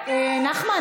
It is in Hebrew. נחמן,